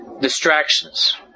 distractions